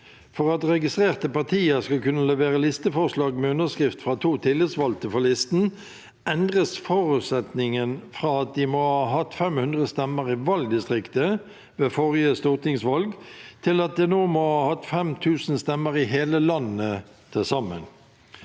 at registrerte partier skal kunne levere listeforslag med underskrift fra to tillitsvalgte for listen, endres forutsetningen fra at de må ha hatt 500 stemmer i valgdistriktet ved forrige stortingsvalg, til at de nå må ha hatt 5 000 stemmer i hele landet til sammen.